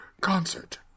concert